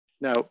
Now